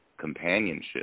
companionship